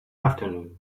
afternoon